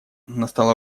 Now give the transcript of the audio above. настало